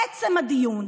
עצם הדיון,